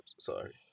Sorry